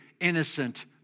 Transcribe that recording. innocent